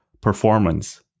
performance